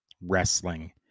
wrestling